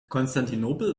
konstantinopel